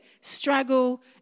struggle